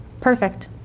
perfect